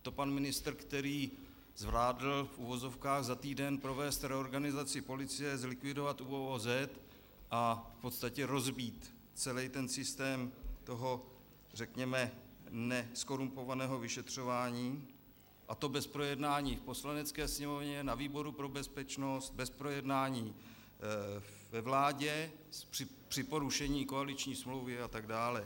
To pan ministr, který zvládl, v uvozovkách, za týden provést reorganizaci policie, zlikvidovat ÚOOZ a v podstatě rozbít celý systém toho, řekněme, nezkorumpovaného vyšetřování, a to bez projednání v Poslanecké sněmovně, na výboru pro bezpečnost, bez projednání ve vládě, při porušení koaliční smlouvy atd.